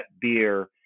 beer